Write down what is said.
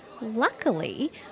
Luckily